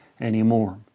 anymore